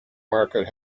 market